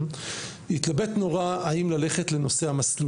יש תיכון עירוני-תורני אבל תיכון עירוני על כל